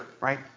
right